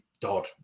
Dodd